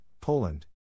Poland